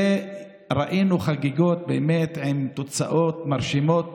ראינו חגיגות, באמת, עם תוצאות מרשימות